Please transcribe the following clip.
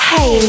Hey